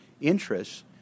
interests